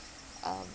um